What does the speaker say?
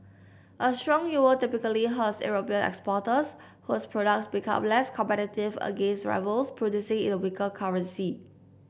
a strong euro typically hurts European exporters whose products become less competitive against rivals producing in a weaker currency